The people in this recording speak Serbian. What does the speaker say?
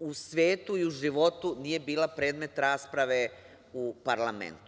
u svetu i u životu nije bila predmet rasprave u parlamentu.